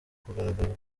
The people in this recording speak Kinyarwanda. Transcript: kugaragazwa